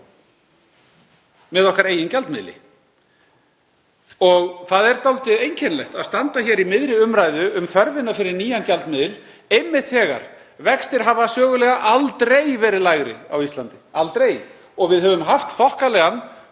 með okkar eigin gjaldmiðli. Það er dálítið einkennilegt að standa hér í miðri umræðu um þörfina fyrir nýjan gjaldmiðil einmitt þegar vextir hafa sögulega aldrei verið lægri á Íslandi. Aldrei. Og við höfum haft þokkalegan